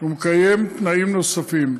ומקיים תנאים נוספים.